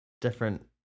different